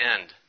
end